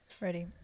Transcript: Ready